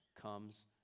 comes